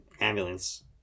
ambulance